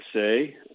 say